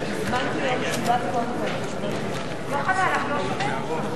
עמוד 97, הסתייגות 13, לסעיף 2(6),